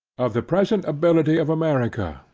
of the present ability of america,